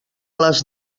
les